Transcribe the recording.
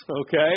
Okay